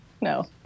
No